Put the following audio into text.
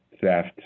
theft